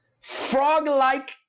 frog-like